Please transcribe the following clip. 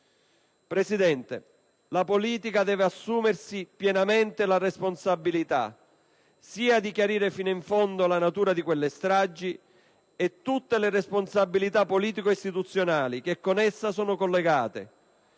Presidente, la politica deve assumersi pienamente la responsabilità di chiarire fino in fondo la natura di quelle stragi e tutte le responsabilità politico-istituzionali che ad esse sono collegate.